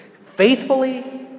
faithfully